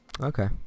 Okay